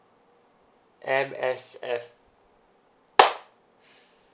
M_S_F